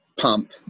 pump